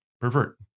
pervert